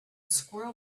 squirrel